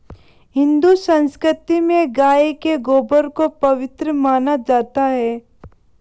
हिंदू संस्कृति में गाय के गोबर को पवित्र माना जाता है